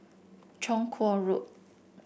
Chong Kuo Road